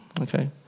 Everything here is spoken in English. Okay